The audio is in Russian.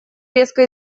резко